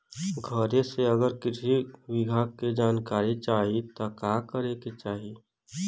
घरे से अगर कृषि विभाग के जानकारी चाहीत का करे के चाही?